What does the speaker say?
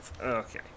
Okay